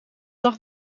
dag